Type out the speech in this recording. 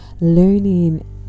learning